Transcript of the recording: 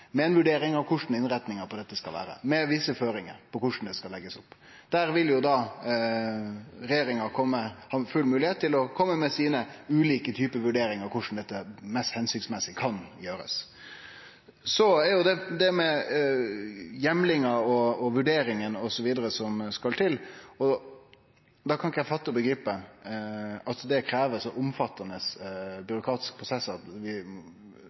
med ei vurdering av korleis innretninga på dette skal vere, med visse føringar for korleis det skal leggjast opp, vil regjeringa ha full moglegheit til å kome med sine ulike vurderingar av korleis dette mest hensiktsmessig kan gjerast. Så er det det med kva heimlar og vurderingar osv. som skal til, men eg kan ikkje fatte og begripe at det krev ein så